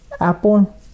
Apple